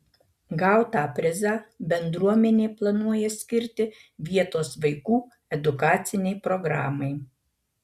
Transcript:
gautą prizą bendruomenė planuoja skirti vietos vaikų edukacinei programai